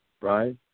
right